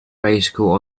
bicycle